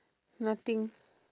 nothing